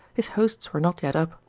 his hosts were not yet up.